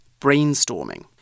brainstorming